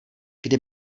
kdy